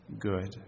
good